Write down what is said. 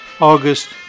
August